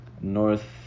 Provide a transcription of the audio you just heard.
North